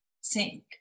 sink